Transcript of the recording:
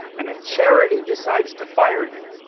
and a charity decides to fire you